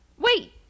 Wait